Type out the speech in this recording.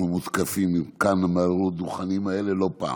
מותקפים כאן מעל הדוכנים האלה לא פעם.